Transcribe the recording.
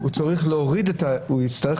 הוא יצטרך להוריד את העובד,